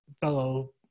fellow